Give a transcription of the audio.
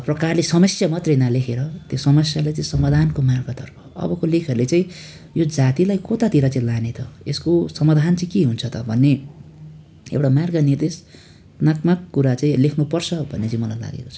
प्रकारले समस्या मात्रै नलेखेर त्यो समस्यालाई चाहिँ समाधानको मार्गतर्फ अबको लेखहरूले चाहिँ यो जातिलाई कतातिर चाहिँ लाने त यसको समाधान चाहिँ के हुन्छ त भन्ने एउटा मार्ग निर्देशनात्मक कुरा चाहिँ लेख्नुपर्छ भन्ने चाहिँ मलाई लागेको छ